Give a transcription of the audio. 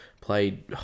Played